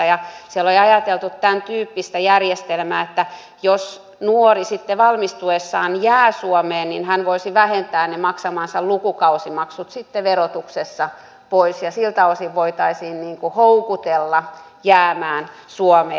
siellä oli ajateltu tämäntyyppistä järjestelmää että jos nuori sitten valmistuessaan jää suomeen niin hän voisi vähentää maksamansa lukukausimaksut verotuksessa pois ja siltä osin voitaisiin houkutella jäämään suomeen